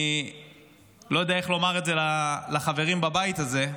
אני לא יודע איך לומר את זה לחברים בבית הזה,